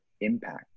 impact